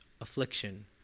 affliction